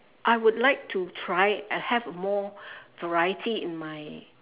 I would like to try uh have more variety in my